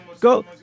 Go